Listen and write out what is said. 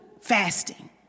Fasting